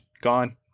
gone